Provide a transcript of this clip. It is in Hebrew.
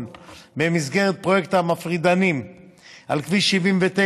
במסגרת פרויקט המפרידנים על כביש 79,